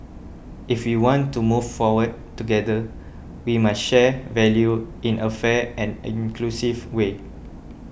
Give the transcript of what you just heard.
if we want to move forward together we must share value in a fair and inclusive way